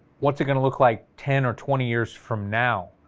what's it gonna look like ten or twenty years from now?